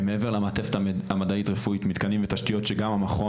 מעבר למעטפת המדעית רפואית מתקנים ותשתיות שגם המכון